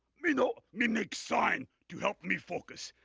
me know, me make sign to help me focus.